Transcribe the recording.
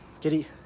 Giddy